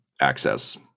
access